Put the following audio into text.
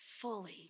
fully